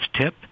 tip